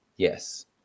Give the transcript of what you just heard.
Yes